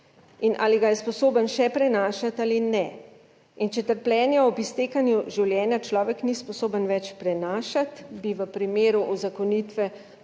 ali ga je sposoben še prenašati ali ne. In če trpljenja ob iztekanju življenja človek ni sposoben več prenašati, bi v primeru uzakonitve